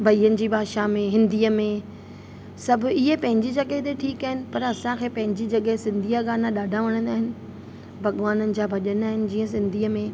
भईयनि जी भाषा में हिंदीअ में सभु इहे पंहिंजी जॻहि ते ठीकु आहिनि पर असांखे पंहिंजी जॻहि सिंधीअ जा गाना ॾाढा वणंदा आहिनि भॻवाननि जा भॼन आहिनि जीअं सिंधीअ में